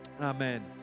Amen